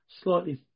slightly